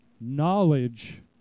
knowledge